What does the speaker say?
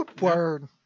Word